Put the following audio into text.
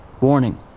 warning